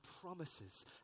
promises